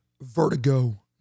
vertigo